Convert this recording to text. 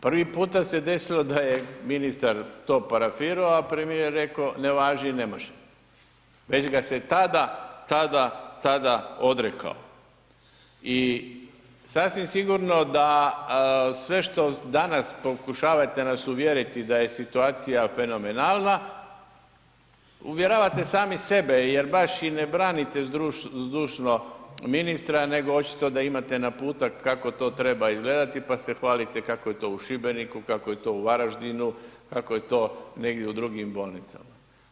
Prvi puta se desilo da je ministar to parafiro, a premijer reko ne važi, ne može, već ga se tada, tada, tada odrekao i sasvim sigurno da sve što danas pokušavajte nas uvjeriti da je situacija fenomenalna, uvjeravate sami sebe jer baš i ne branite zdušno ministra nego očito da imate naputak kako to treba izgledati, pa se hvalite kako je to u Šibeniku, kako je to u Varaždinu, kako je to negdje u drugim bolnicama.